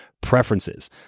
preferences